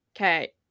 okay